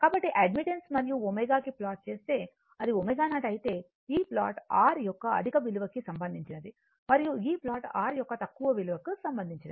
కాబట్టి అడ్మిటెన్స్ మరియు ω కి ప్లాట్ చేస్తే ఇది ω0 అయితే ఈ ప్లాట్ R యొక్క అధిక విలువ కి సంబంధించినది మరియు ఈ ప్లాట్ R యొక్క తక్కువ విలువ కి సంబంధించినది